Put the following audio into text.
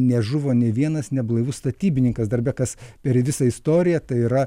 nežuvo nė vienas neblaivus statybininkas darbe kas per visą istoriją tai yra